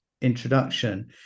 introduction